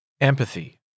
Empathy